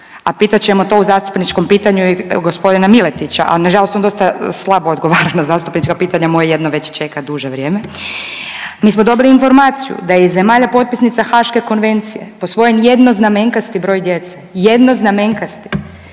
a pitat ćemo to u zastupničkom pitanju i g. Miletića, a nažalost on dosta slabo odgovara na zastupnička pitanja, moje jedno već čeka duže vrijeme. Mi smo dobili informaciju da je iz zemalja potpisnica Haške konvencije posvojen jednoznamenkasti broj djece, jednoznamenkasti,